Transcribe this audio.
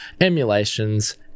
emulations